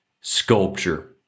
sculpture